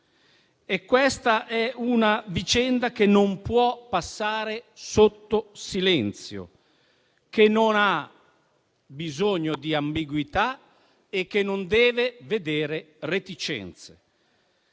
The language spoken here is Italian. Questa è una vicenda che non può passare sotto silenzio, che non ha bisogno di ambiguità e non deve vedere reticenze.